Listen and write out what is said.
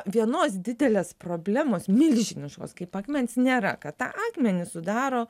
vienos didelės problemos milžiniškos kaip akmens nėra kad tą akmenį sudaro